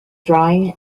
drawing